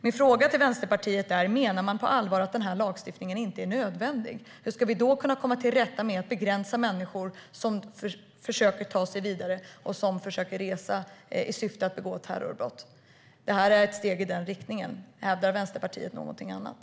Min nästa fråga till Vänsterpartiet är: Menar man på allvar att den här lagstiftningen inte är nödvändig? Hur ska vi då kunna komma till rätta med att människor försöker resa i syfte att begå terrorbrott? Hur ska vi begränsa det? Det här är ett steg i den riktningen. Hävdar Vänsterpartiet någonting annat?